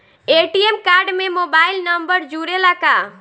ATM card में mobile number जुरेला का?